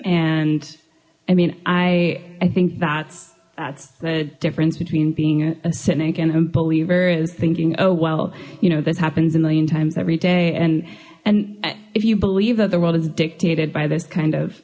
and i mean i i think that's that's the difference between being a cynic and a believer is thinking oh well you know this happens a million times every day and and if you believe that the world is dictated by this kind of